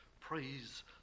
Praise